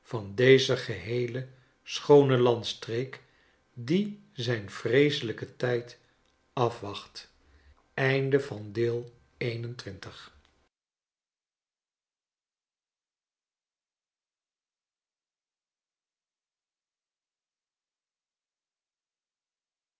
van deze geheele schoone landstreek die zijn vreeselijken tijd afwacht